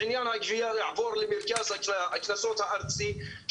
עניין הגבייה יעבור למרכז הקנסות הארצי.